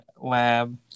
lab